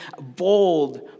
bold